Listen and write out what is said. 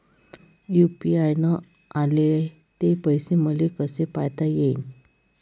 UPI न आले ते पैसे मले कसे पायता येईन?